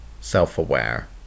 self-aware